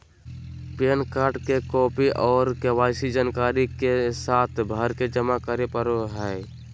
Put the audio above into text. pan card के copy आर KYC जानकारी के साथ भरके जमा करो परय हय